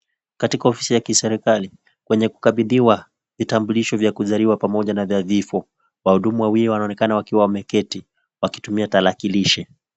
Katika ofisi ya kiserikali kwenye kukabidhiwa vitambulisho vya kuzaliwa pamoja na vya vifo. Wahudumu wawili wanaonekana wakiwa wameketi wakitumia tarakilishi